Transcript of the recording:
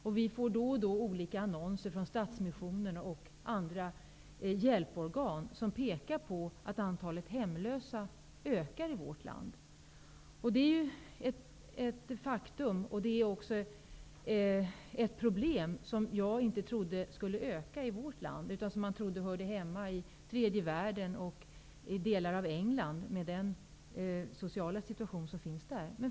Då och då får vi i annonser från Stadsmissionen och andra hjälporgan veta att antalet hemlösa ökar i vårt land. Det här var ett problem som jag inte trodde kunde öka i omfattning i vårt land, utan som jag trodde hörde hemma i tredje världen och i delar av England med den sociala situation som råder där.